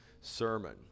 sermon